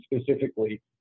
specifically